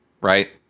right